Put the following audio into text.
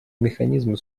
механизмы